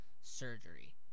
surgery